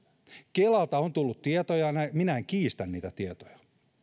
kelalta on tullut tietoja ja minä en kiistä niitä tietoja